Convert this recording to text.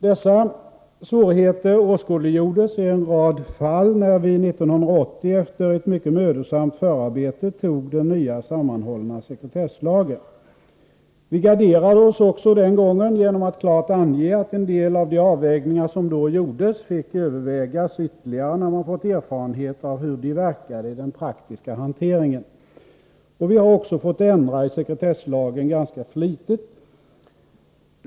Dessa svårigheter åskådliggjordes i en rad fall när vi 1980 efter ett mycket mödosamt förarbete antog den nya sammanhållna sekretesslagen. Vi garderade oss också den gången genom att klart ange att en del av de avvägningar som då gjordes fick övervägas ytterligare när man fått erfarenhet av hur de verkade i den praktiska hanteringen. Vi har också fått ändra i sekretesslagen ganska flitigt.